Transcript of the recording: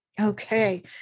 Okay